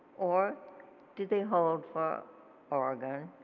or did they hold for oregon